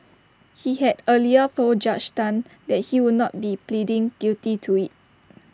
he had earlier told Judge Tan that he would not be pleading guilty to IT